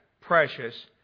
precious